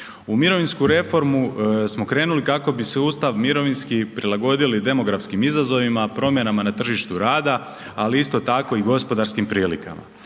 U mirovinsku reformu smo krenuli kako bi sustav mirovinski prilagodili demografskim izazovima, promjenama na tržištu rada, ali isto tako i gospodarskim prilikama.